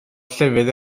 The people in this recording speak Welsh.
llefydd